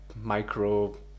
micro